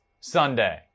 Sunday